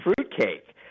fruitcake